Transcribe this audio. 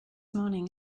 morning